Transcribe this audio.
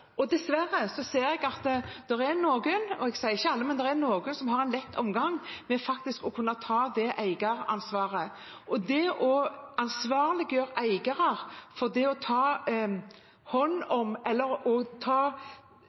Dessverre ser jeg at det er noen – ikke alle, men noen – som har en lett omgang med faktisk å kunne ta det eieransvaret. Vi må ansvarliggjøre eiere når de tar et kjæledyr inn i hjemmet sitt. Det er et ansvar vi som stat ikke kan ta